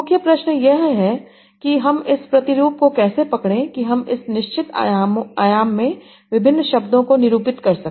मुख्य प्रश्न यह है कि हम इस प्रतिरूप को कैसे पकड़े कि हम इस निश्चित आयाम में विभिन्न शब्दों को निरूपित कर सके